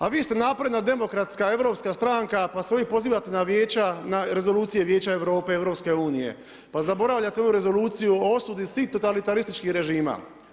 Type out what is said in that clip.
A vi ste napredna demokratska, europska stranka pa se uvijek pozivate vijeća, na rezolucije Vijeća Europe, EU-a, pa zaboravljate ovu rezoluciju o osudi svih totalitarističkih režima.